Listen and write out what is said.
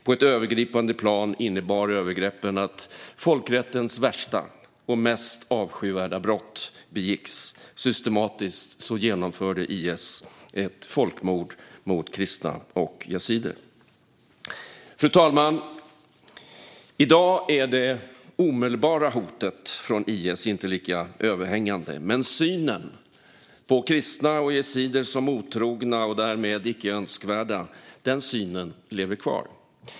På ett övergripande plan innebar övergreppen att folkrättens värsta och mest avskyvärda brott begicks. Systematiskt genomförde IS ett folkmord mot kristna och yazidier. Fru talman! I dag är det omedelbara hotet från IS inte lika överhängande, men synen på kristna och yazidier som otrogna och därmed icke önskvärda lever kvar.